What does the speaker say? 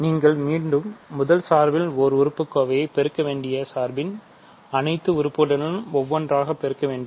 நீங்கள் மீண்டும் முதல் சார்பின் ஓர் உறுப்பு கோவையை பெருக்க வேண்டிய சார்பின் அனைத்து உறுப்புகளுடன் ஒவ்வொன்றாக பெருக்க வேண்டும்